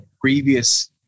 previous